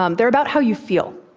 um they're about how you feel.